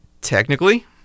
Technically